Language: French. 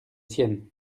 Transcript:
siennes